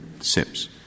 SIPs